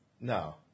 No